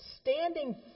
standing